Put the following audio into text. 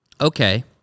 okay